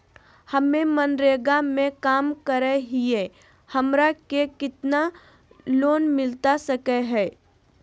हमे मनरेगा में काम करे हियई, हमरा के कितना लोन मिलता सके हई?